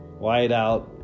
Whiteout